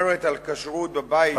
שומרת על כשרות בבית,